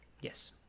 yes